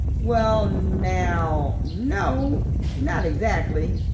well now no not exactly,